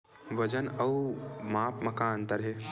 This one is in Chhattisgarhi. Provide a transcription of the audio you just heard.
वजन अउ माप म का अंतर हे?